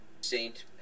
Saint